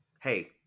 hey